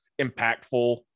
impactful